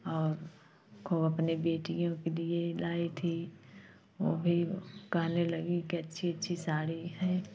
और खूब अपनी बेटियों के लिए लाई थी वो भी कहने लगीं की अच्छी अच्छी साड़ी हैं